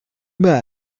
man